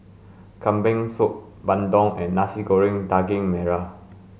kambing soup bandung and nasi goreng daging merah